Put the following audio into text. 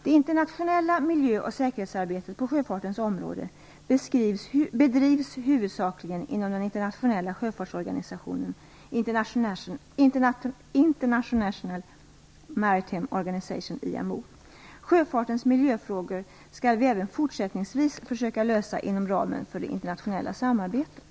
Det internationella miljö och säkerhetsarbetet på sjöfartens område bedrivs huvudsakligen inom den internationella sjöfartsorganisationen International Sjöfartens miljöfrågor skall vi även fortsättningsvis försöka lösa inom ramen för det internationella samarbetet.